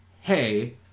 hey